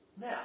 Now